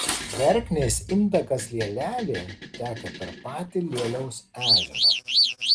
verknės intakas lielelė teka per patį lieliaus ežerą